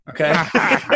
okay